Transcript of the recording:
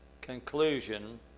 conclusion